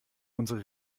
unsere